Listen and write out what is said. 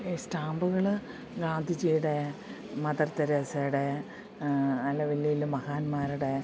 ഈ സ്റ്റാമ്പുകൾ ഗാന്ധിജിയുടെ മദർ തെരേസയുടെ അല്ല വലിയ വലിയ മഹാന്മാരുടെ